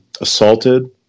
assaulted